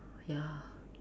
ya